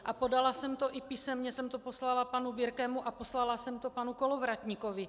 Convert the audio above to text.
A podala jsem to i písemně jsem to poslala panu Birkemu a poslala jsem to panu Kolovratníkovi.